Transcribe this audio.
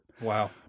Wow